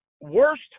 worst